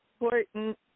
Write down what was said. important